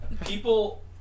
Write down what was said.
People